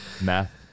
Math